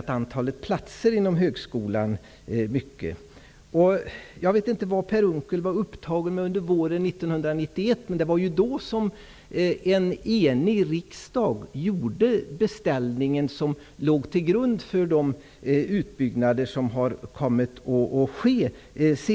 att antalet platser inom högskolan ökat kraftigt nu när vi har en borgerlig regering. Men jag vet inte vad Per Unckel var upptagen med under våren 1991. Det var nämligen då som en enig riksdag gjorde beställningen som ligger till grund för de utbyggnader som gjorts.